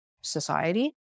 society